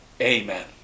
amen